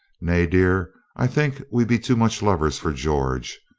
nay, dear, i think we be too much lovers for george,